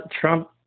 Trump